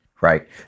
right